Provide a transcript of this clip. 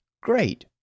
great